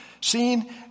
seen